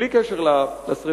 בלי קשר לשרפה,